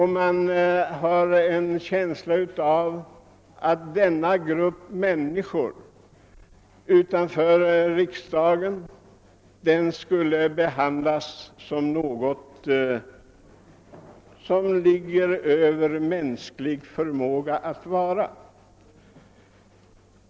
Man har en känsla av att denna grupp av människor utanför riksdagen behandlas som om de hade egenskaper som det inte ligger i mänsklig förmåga att motsvara.